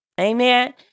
Amen